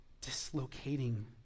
dislocating